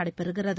நடைபெறுகிறது